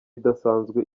idasanzwe